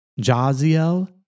Jaziel